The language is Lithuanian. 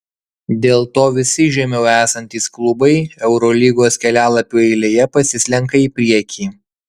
dėl to visi žemiau esantys klubai eurolygos kelialapių eilėje pasislenka į priekį